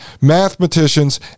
mathematicians